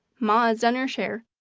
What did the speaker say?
ma has done her share.